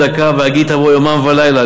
בכל דקה, "והגית בו יומם ולילה".